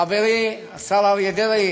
חברי השר אריה דרעי